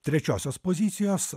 trečiosios pozicijos